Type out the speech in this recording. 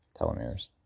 telomeres